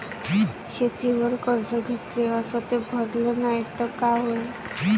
शेतीवर कर्ज घेतले अस ते भरले नाही तर काय होईन?